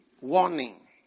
warning